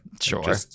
Sure